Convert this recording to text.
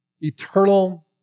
eternal